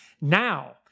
Now